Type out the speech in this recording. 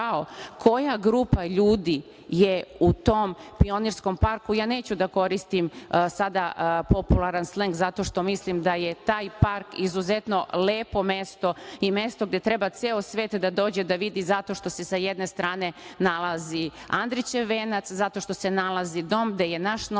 koja grupa ljudi je u tom Pionirskom parku. Neću da koristim sada popularan sleng, zato što mislim da je taj park izuzetno lepo mesto i mesto gde treba ceo svet da dođe da vidi, zato što se sa jedne strane nalazi Andrićev venac, zato što se nalazi dom gde je naš nobelovac